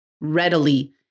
readily